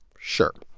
sure.